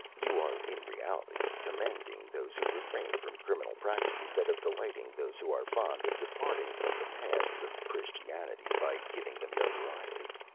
you are in reality commending those who refrain from criminal practice, instead of delighting those who are fond of departing from the paths of christianity by giving them notoriety.